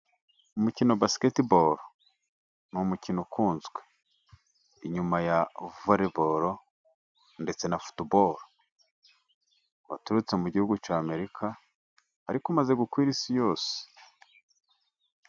Umukino wa basiketiboro, ni umukino ukunzwe inyuma ya voriboro, ndetse na futuboro. Waturutse mu gihugu cy'Amerika, ariko umaze gukwira isi yose.